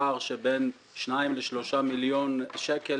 בשניים-שלושה מיליון שקלים